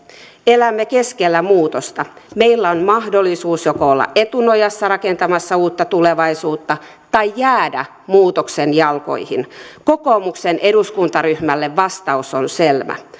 elämme keskellä muutosta meillä on mahdollisuus joko olla etunojassa rakentamassa uutta tulevaisuutta tai jäädä muutoksen jalkoihin kokoomuksen eduskuntaryhmälle vastaus on selvä